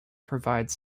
provides